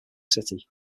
city